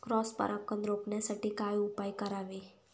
Cross परागकण रोखण्यासाठी काय उपाय करावे?